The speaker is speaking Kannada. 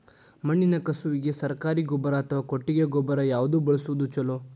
ಮಣ್ಣಿನ ಕಸುವಿಗೆ ಸರಕಾರಿ ಗೊಬ್ಬರ ಅಥವಾ ಕೊಟ್ಟಿಗೆ ಗೊಬ್ಬರ ಯಾವ್ದು ಬಳಸುವುದು ಛಲೋ?